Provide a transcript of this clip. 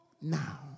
now